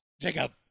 Jacob